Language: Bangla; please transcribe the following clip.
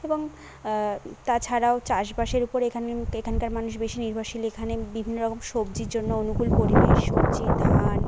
এবং তাছাড়াও চাষবাসের উপর এখান এখানকার মানুষ বেশি নির্ভরশীল এখানে বিভিন্ন রকম সবজির জন্য অনুকূল পরিবেশ বজি ধান